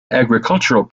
agricultural